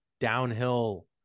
downhill